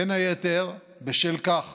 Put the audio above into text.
בין היתר בשל כך